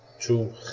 two